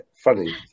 Funny